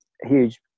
huge